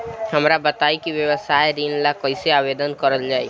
हमरा बताई कि व्यवसाय ऋण ला कइसे आवेदन करल जाई?